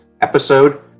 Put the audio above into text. episode